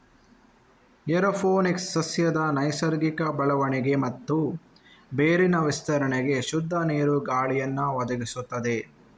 aeroponics ಸಸ್ಯದ ನೈಸರ್ಗಿಕ ಬೆಳವಣಿಗೆ ಮತ್ತೆ ಬೇರಿನ ವಿಸ್ತರಣೆಗೆ ಶುದ್ಧ ನೀರು, ಗಾಳಿಯನ್ನ ಒದಗಿಸ್ತದೆ